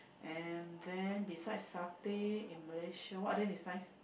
and then beside Satay in Malaysia what are there is nice